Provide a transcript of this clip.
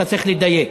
אתה צריך לדייק.